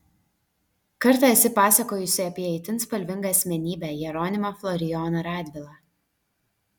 kartą esi pasakojusi apie itin spalvingą asmenybę jeronimą florijoną radvilą